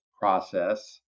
process